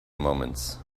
moments